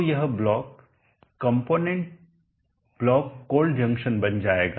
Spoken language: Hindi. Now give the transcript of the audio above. तो यह block component block cold junction बन जाएगा